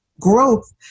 growth